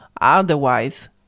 Otherwise